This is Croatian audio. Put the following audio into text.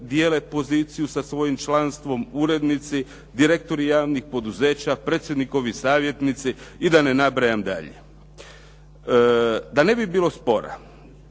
dijele poziciju sa svojim članstvom, urednici, direktori javnih poduzeća, predsjednikovi savjetnici i da ne nabrajam dalje. Da ne bi bilo spora,